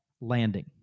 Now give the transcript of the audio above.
landing